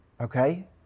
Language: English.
Okay